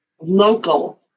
local